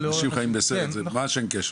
אנשים חיים בסרט, ממש אין קשר.